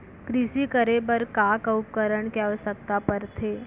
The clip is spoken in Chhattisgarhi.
कृषि करे बर का का उपकरण के आवश्यकता परथे?